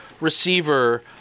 receiver